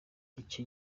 icyo